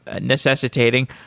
necessitating